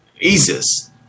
Jesus